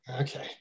Okay